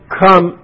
come